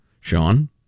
Sean